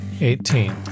Eighteen